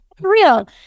real